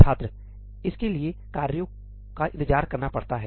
छात्र इसके लिए कार्यों का इंतजार करना पड़ता है